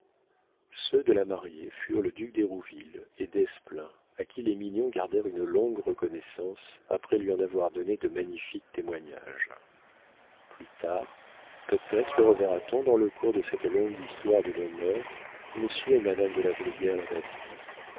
ceux de la mariée furent le duc d'hérouville et desplein à qui les mignon gardèrent une longue reconnaissance après lui en avoir donné de magnifiques témoignages plus tard peut-être reverra t on dans le cours de cette longue histoire de nos mœurs monsieur et madame de la brière la bastie les